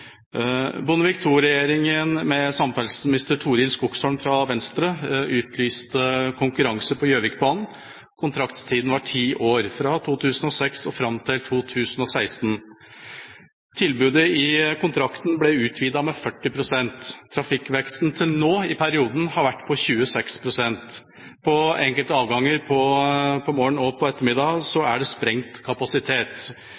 Bondvik II-regjeringa, med samferdselsminister Torild Skogsholm fra Venstre, utlyste konkurranse på Gjøvikbanen. Kontraktstida var ti år, fra 2006 og fram til 2016. Tilbudet ble i kontrakten utvidet med 40 pst. Trafikkveksten i perioden fram til nå har vært på 26 pst. På enkelte avganger på morgenen og på